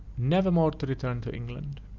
never more to return to england.